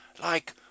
like